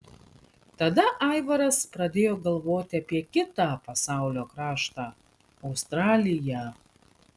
tada aivaras pradėjo galvoti apie kitą pasaulio kraštą australiją